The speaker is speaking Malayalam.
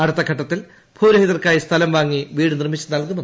അടുത്ത ഘട്ടത്തിൽ ഭൂരഹിതർക്കായി സ്ഥലം വാങ്ങി വീട് നിർമിച്ചു നൽകും